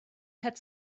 had